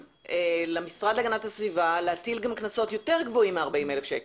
למשרד להגנת הסביבה להטיל קנסות גבוהים יותר מ-40,000 שקל,